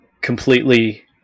completely